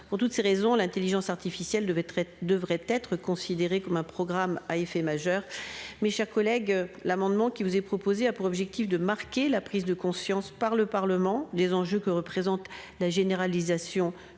pour toutes ces raisons, l'Intelligence artificielle devait très devrait être considéré comme un programme à effet majeur. Mes chers collègues, l'amendement qui vous est proposé, a pour objectif de marquer la prise de conscience par le Parlement des enjeux, que représente la généralisation de